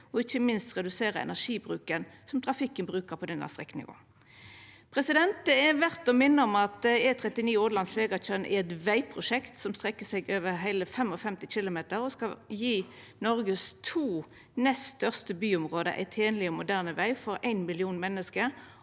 og ikkje minst redusera energibruken som trafikken bruker på denne strekninga. Det er verdt å minna om at E39 Ådland–Svegatjørn er eit vegprosjekt som strekkjer seg over heile 55 km og skal gje Noregs to nest største byområde ein tenleg og moderne veg for 1 million menneske